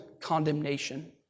condemnation